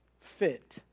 fit